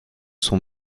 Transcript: sont